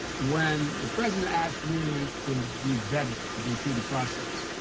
when the president asks me to be vetted to go through the process,